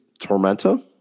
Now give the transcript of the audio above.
Tormenta